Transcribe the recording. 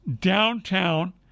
downtown